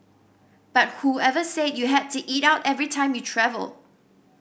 but whoever said you had to eat out every time you travel